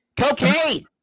Cocaine